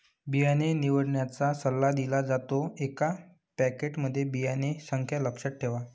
बियाणे निवडण्याचा सल्ला दिला जातो, एका पॅकेटमध्ये बियांची संख्या लक्षात ठेवा